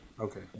okay